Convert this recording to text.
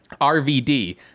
rvd